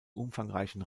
umfangreichen